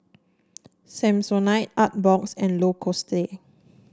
Samsonite Artbox and Lacoste